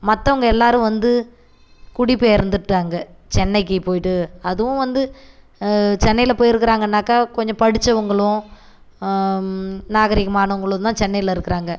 மற்றவங்க எல்லாரும் வந்து குடிபெயர்ந்துவிட்டாங்க சென்னைக்கு போயிவிட்டு அதுவும் வந்து சென்னையில் போய் இருக்கிறாங்கன்னாக்கா கொஞ்சம் படிச்சவங்களும் நாகரீகமானவங்களும் தான் சென்னையில் இருக்கிறாங்க